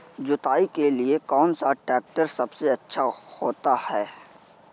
जुताई के लिए कौन सा ट्रैक्टर सबसे अच्छा होता है?